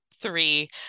three